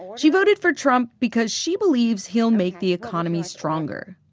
she voted for trump because she believes he'll make the economy stronger.